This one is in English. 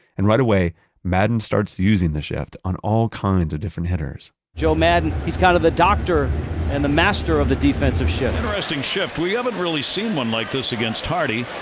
and right away maddon starts using the shift on all kinds of different hitters joe maddon, he's kind of the doctor and the master of the defensive shit. interesting shift. we haven't really seen one like this against hardy.